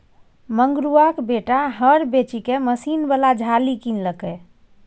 मंगरुआक बेटा हर बेचिकए मशीन बला झालि किनलकै